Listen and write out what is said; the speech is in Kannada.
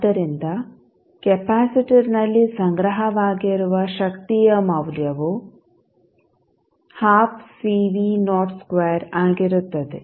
ಆದ್ದರಿಂದ ಕೆಪಾಸಿಟರ್ನಲ್ಲಿ ಸಂಗ್ರಹವಾಗಿರುವ ಶಕ್ತಿಯ ಮೌಲ್ಯವು ಆಗಿರುತ್ತದೆ